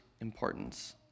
importance